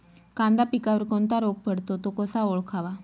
कांदा पिकावर कोणता रोग पडतो? तो कसा ओळखावा?